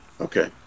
Okay